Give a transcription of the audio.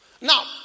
now